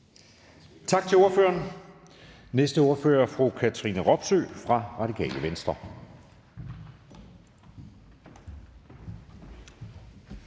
Tak til ordføreren. Næste ordfører er fru Katrine Robsøe fra Radikale Venstre.